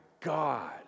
God